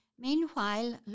Meanwhile